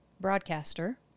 broadcaster